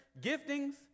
giftings